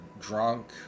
drunk